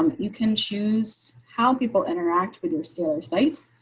um you can choose how people interact with your steeler sites.